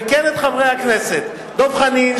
וכן את חברי הכנסת דב חנין,